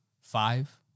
five